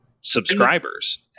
subscribers